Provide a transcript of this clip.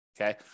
okay